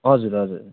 हजुर हजुर